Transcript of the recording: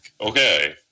Okay